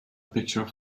picture